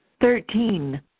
Thirteen